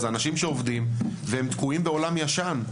אלה מורים שעובדים והם תקועים בעולם ישן.